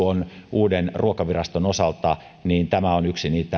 uuden ruokaviraston osalta tämä on